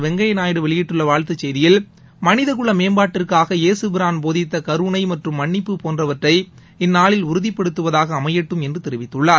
வெங்கைய நாயுடு வெளியிட்டுள்ள வாழ்த்துச் செய்தியில் மனித குல மேம்பாட்டிற்காக இயேசு பிரான் போதித்த கருணை மற்றும் மன்னிப்பு போன்றவற்றை இந்நாள் உறுதிப்படுத்துவதாக அமையட்டும் என்று தெரிவித்துள்ளார்